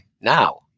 now